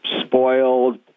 spoiled